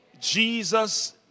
Jesus